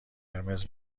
قرمز